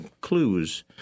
clues